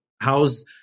how's